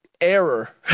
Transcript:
error